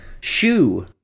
shoe